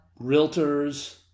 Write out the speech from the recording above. realtors